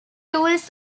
tools